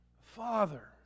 father